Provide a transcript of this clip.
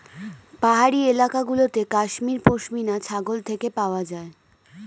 পাহাড়ি এলাকা গুলোতে কাশ্মীর পশমিনা ছাগল থেকে পাওয়া যায়